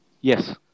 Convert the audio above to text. Yes